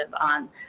on